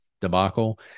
Debacle